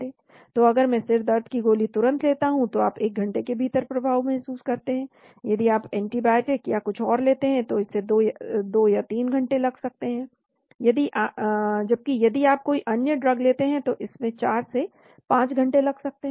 तो अगर मैं सिरदर्द की गोली तुरंत लेता हूं तो आप 1 घंटे के भीतर प्रभाव महसूस करते हैं जबकि यदि आप एंटीबायोटिक या कुछ और लेते हैं तो इसमें 2 से 3 घंटे लग सकते हैं जबकि यदि आप कोई अन्य ड्रग लेते हैं तो इसमें 4 से 5 घंटे लग सकते हैं